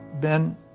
ben